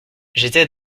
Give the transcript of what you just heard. j’étais